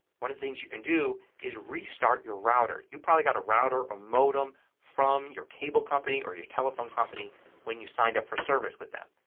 one of the things you can do is restart your router. you probably got a router or a modem from your cable company or your telephone company when you signed up for service with them.